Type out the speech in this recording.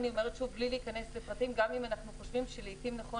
בלי להיכנס לפרטים גם אם אנחנו חושבים שלעתים נכון